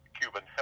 Cuban